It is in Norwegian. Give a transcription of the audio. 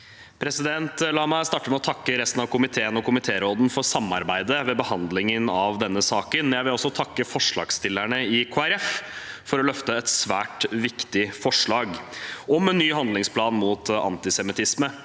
for saken): La meg starte med å takke resten av komiteen og komitéråden for samarbeidet ved behandlingen av denne saken. Jeg vil også takke forslagsstillerne i Kristelig Folkeparti for å løfte et svært viktig forslag, om en ny handlingsplan mot antisemittisme.